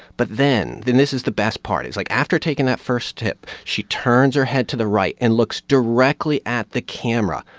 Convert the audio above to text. but then then this is the best part is, like, after taking that first tip, she turns her head to the right and looks directly at the camera,